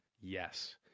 Yes